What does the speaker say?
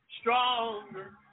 stronger